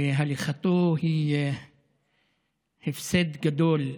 והליכתו היא הפסד גדול,